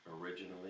originally